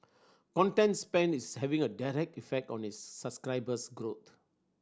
content spend is having a direct effect on its subscriber growth